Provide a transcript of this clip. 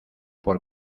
por